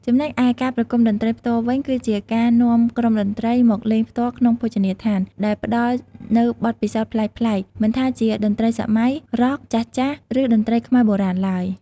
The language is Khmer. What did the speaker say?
ចំណែកឯការប្រគុំតន្ត្រីផ្ទាល់វិញ គឺជាការនាំក្រុមតន្ត្រីមកលេងផ្ទាល់ក្នុងភោជនីយដ្ឋាន ដែលផ្ដល់នូវបទពិសោធន៍ប្លែកៗ មិនថាជាតន្ត្រីសម័យ រ៉ក់ ចាស់ៗ ឬតន្ត្រីខ្មែរបុរាណឡើយ ។